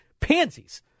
pansies